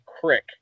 Crick